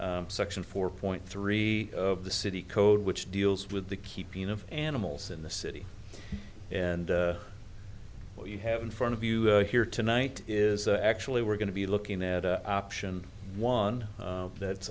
section four point three of the city code which deals with the keeping of animals in the city and what you have in front of you here tonight is actually we're going to be looking at option one that